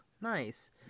Nice